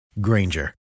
Granger